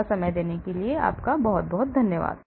आपका समय देने के लिए आपका बहुत बहुत धन्यवाद